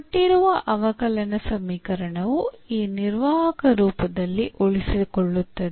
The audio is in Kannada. ಕೊಟ್ಟಿರುವ ಅವಕಲನ ಸಮೀಕರಣವು ಈ ನಿರ್ವಾಹಕ ರೂಪದಲ್ಲಿ ಉಳಿಸಿಕೊಳ್ಳುತ್ತದೆ